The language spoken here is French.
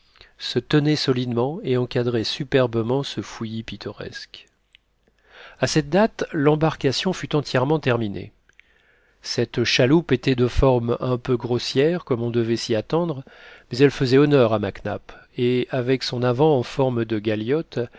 se tenait solidement et encadrait superbement ce fouillis pittoresque à cette date l'embarcation fut entièrement terminée cette chaloupe était de forme un peu grossière comme on devait s'y attendre mais elle faisait honneur à mac nap et avec son avant en forme de galiote